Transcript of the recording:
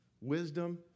wisdom